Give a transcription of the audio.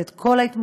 עם כל ההתמודדות,